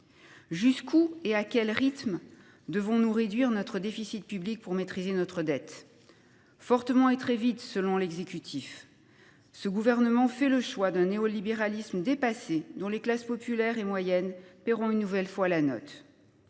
Jusqu’où et à quel rythme devons nous réduire notre déficit public pour maîtriser notre dette ? Fortement et très vite, selon l’exécutif. Ce gouvernement fait le choix d’un néolibéralisme dépassé, dont les classes populaires et moyennes paieront, une nouvelle fois, la note.